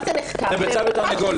זה שאלת הביצה והתרנגולת.